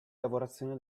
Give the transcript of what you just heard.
lavorazione